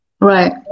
Right